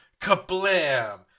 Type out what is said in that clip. kablam